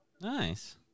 Nice